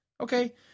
Okay